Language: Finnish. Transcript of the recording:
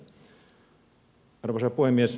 arvoisa puhemies